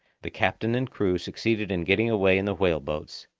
the captain and crew succeeded in getting away in the whale-boats,